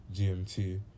GMT